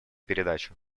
передачу